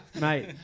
mate